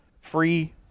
free